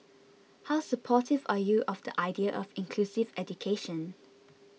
how supportive are you of the idea of inclusive education